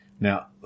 Now